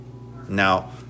Now